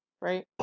right